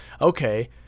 Okay